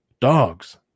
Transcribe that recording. Dogs